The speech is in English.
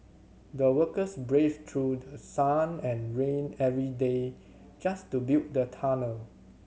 the workers braved through the sun and rain every day just to build the tunnel